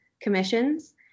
commissions